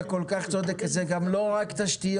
אתה כל כך צודק, זה גם לא רק תשתיות